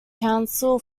counsel